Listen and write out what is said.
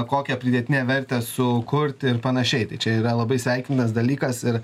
kokią pridėtinę vertę sukurt ir panašiai tai čia yra labai sveikintinas dalykas ir